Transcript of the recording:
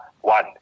one